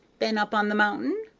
ben up on the mountain?